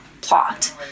plot